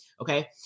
okay